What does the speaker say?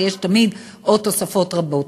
ויש תמיד עוד תוספות רבות.